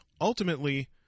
ultimately